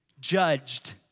judged